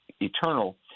eternal